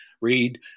read